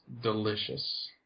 delicious